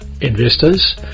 investors